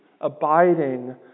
abiding